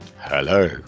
Hello